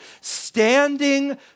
standing